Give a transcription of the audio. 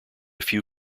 few